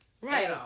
Right